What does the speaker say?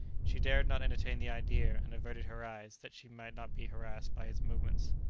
she dared not entertain the idea, and averted her eyes, that she might not be harassed by his movements.